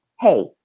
hey